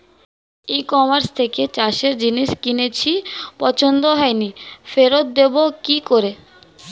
ই কমার্সের থেকে চাষের জিনিস কিনেছি পছন্দ হয়নি ফেরত দেব কী করে?